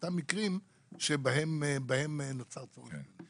מקרים שבהם נוצר צורך.